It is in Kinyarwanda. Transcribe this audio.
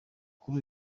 kuri